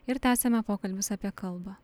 ir tęsiame pokalbius apie kalbą